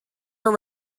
are